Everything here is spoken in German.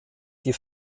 die